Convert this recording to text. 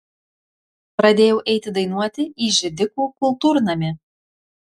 pradėjau eiti dainuoti į židikų kultūrnamį